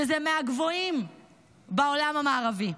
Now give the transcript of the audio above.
מהגבוהים בעולם המערבי.